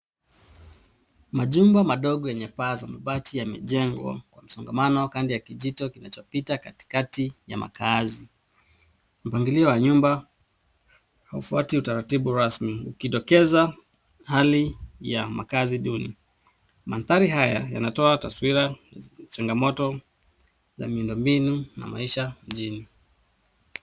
Majumba madogo yenye paa za mabati yamejengwa kwa msongamano kando ya kijito kinachopita katikati ya makaazi. Mpangilio wa nyumba haufuati utaratibu rasmi, ukidokeza hali ya makaazi duni. Mandhari haya yanatoa taswira, changamoto za miundo mbinu na maisha mjini.